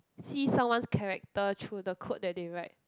see someone's character through the code that they write